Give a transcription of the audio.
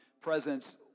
presence